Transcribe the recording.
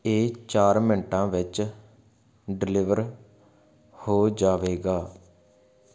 ਇਹ ਚਾਰ ਮਿੰਟਾਂ ਵਿੱਚ ਡਿਲੀਵਰ ਹੋ ਜਾਵੇਗਾ